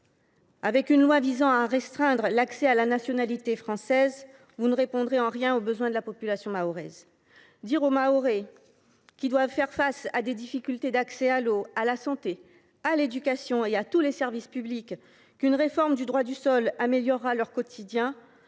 Avec une loi visant à restreindre l’accès à la nationalité française, vous ne répondrez en rien aux besoins de la population mahoraise. Dire aux Mahorais, qui doivent faire face à des difficultés d’accès à l’eau, à la santé, à l’éducation et à tous les services publics, qu’une réforme du droit du sol améliorera leur quotidien